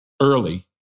early